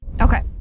Okay